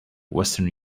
western